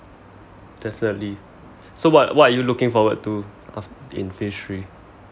definitely so what what are you looking forward to af~ in phase three